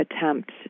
attempt